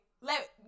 let